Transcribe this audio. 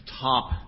top